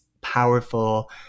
powerful